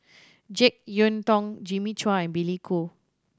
Jek Yeun Thong Jimmy Chua and Billy Koh